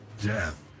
death